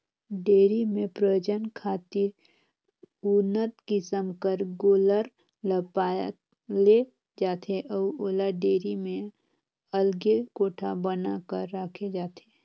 dairy में प्रजनन खातिर उन्नत किसम कर गोल्लर ल पाले जाथे अउ ओला डेयरी में अलगे कोठा बना कर राखे जाथे